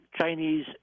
Chinese